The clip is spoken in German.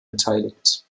beteiligt